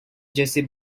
jessie